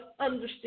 understand